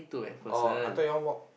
oh I thought you want walk